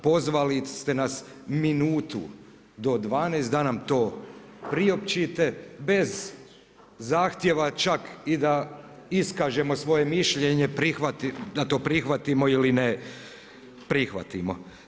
Pozvali ste nas minutu do 12 da nam to priopćite bez zahtjeva čak i da iskažemo svoje mišljenje da li to prihvatimo ili ne prihvatimo.